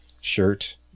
shirt